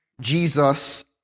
Jesus